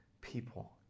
people